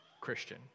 Christian